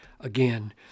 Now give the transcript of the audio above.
again